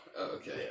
okay